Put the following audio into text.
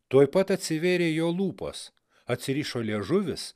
tuoj pat atsivėrė jo lūpos atsirišo liežuvis